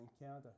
encounter